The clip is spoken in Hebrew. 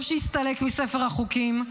טוב שהסתלק מספר החוקים.